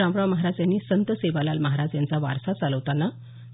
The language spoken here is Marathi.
रामराव महाराज यांनी संत सेवालाल महाराज यांचा वारसा चालवताना